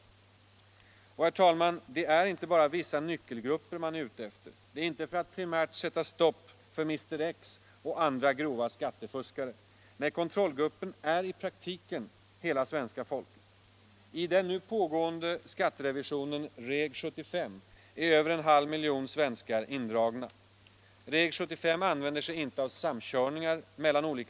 Och, herr talman, det är inte bara vissa nyckelgrupper man är ute efter.